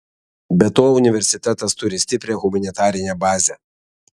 be to universitetas turi stiprią humanitarinę bazę